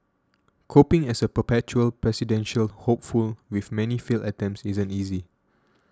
coping as a perpetual presidential hopeful with many failed attempts isn't easy